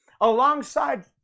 Alongside